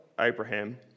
Abraham